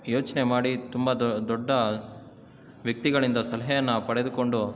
ಯೋಚನೆ ಮಾಡಿ ತುಂಬ ದೊಡ್ಡ ವ್ಯಕ್ತಿಗಳಿಂದ ಸಲಹೆಯನ್ನ ಪಡೆದುಕೊಂಡು